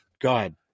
God